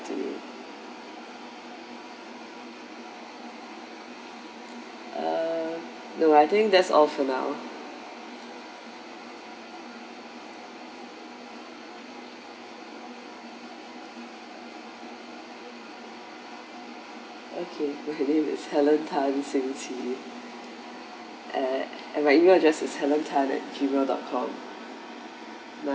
to you uh no I think that's all for now okay my name is helen tan seng see eh and my email address is helen tan at Gmail dot com